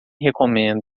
recomendo